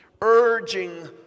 urging